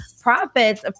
profits